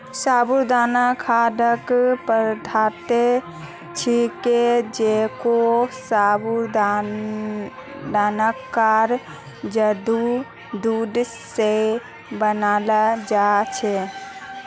साबूदाना खाद्य पदार्थ छिके जेको साबूदानार जड़क दूध स बनाल जा छेक